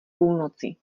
půlnoci